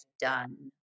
done